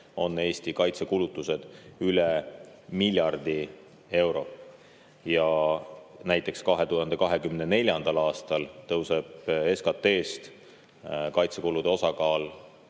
on Eesti kaitsekulutused üle miljardi euro. Näiteks 2024. aastal tõuseb kaitsekulude osakaal